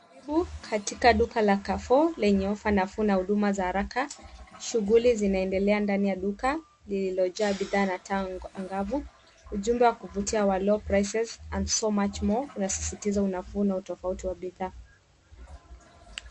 Karibu katika duka la Carrefour lenye ofa nafuu na huduma za haraka. Shughuli zinaendelea ndani ya duka lililojaa bidhaa na tango angavu . Ujumbe wa kuvutia wa low prices and so much more unasisitiza unafuu na utofauti wa bidhaa.